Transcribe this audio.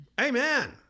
amen